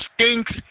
stinks